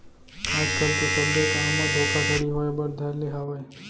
आज कल तो सब्बे काम म धोखाघड़ी होय बर धर ले हावय